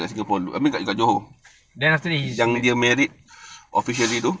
then after that he's